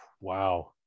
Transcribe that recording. wow